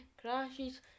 crashes